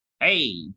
Hey